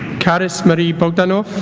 caris marie bogdanov